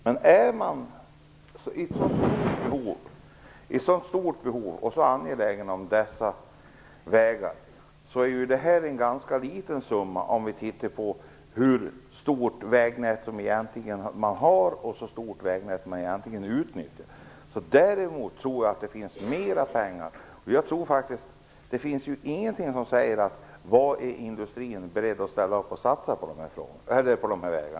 Fru talman! Är man i så stort behov av och så angelägen om dessa vägar är ju detta en ganska liten summa om vi ser till hur stort vägnät som man egentligen har och utnyttjar. Där tror jag att det finns mer pengar. Det finns ingenting som säger vad industrin är beredd att satsa på dessa vägar.